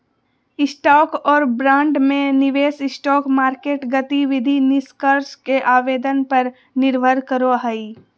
stock और bond में निवेश स्टॉक मार्केट गतिविधि निष्कर्ष के आवेदन पर निर्भर करो हइ